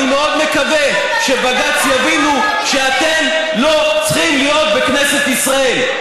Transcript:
אני מאוד מקווה שבג"ץ יבינו שאתם לא צריכים להיות בכנסת ישראל.